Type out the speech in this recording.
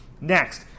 Next